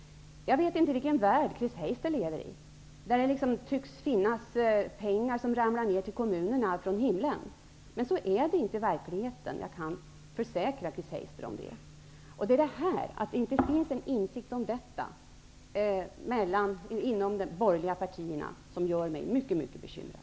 Jag vet inte vilken värld Chris Heister lever i, där pengar tycks ramla ner till kommunerna från himlen. Men så är det inte i verkligheten. Jag kan försäkra Chris Heister det. Att det inte finns en insikt om detta inom de borgerliga partierna gör mig mycket bekymrad.